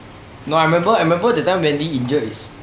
no I remember I remember that time wendy injured is